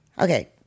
Okay